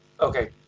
Okay